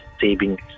savings